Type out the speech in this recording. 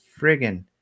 friggin